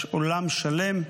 יש עולם שלם,